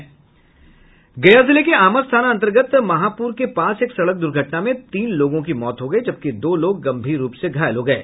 गया जिले के आमस थाना अंतर्गत महापुर के पास एक सड़क द्र्घटना में तीन लोगों की मौत हो गयी जबकि दो लोग गंभीर रूप से घायल हो गये